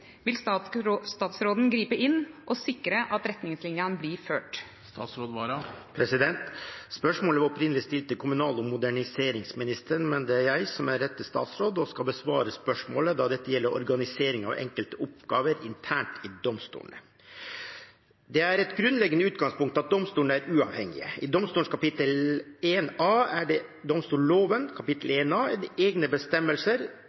Vil statsråden gripe inn og sikre at retningslinjene følges?» Spørsmålet var opprinnelig stilt til kommunal- og moderniseringsministeren, men det er jeg som er rette statsråd og skal besvare spørsmålet, da dette gjelder organisering av enkelte oppgaver internt i domstolene. Det er et grunnleggende utgangspunkt at domstolene er uavhengige. I domstolloven kapittel 1 A er det